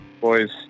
boys